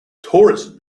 tourism